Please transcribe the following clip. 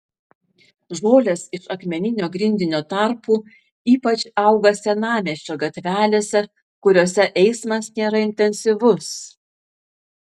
žolės iš akmeninio grindinio tarpų ypač auga senamiesčio gatvelėse kuriose eismas nėra intensyvus